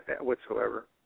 whatsoever